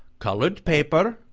coloured paper,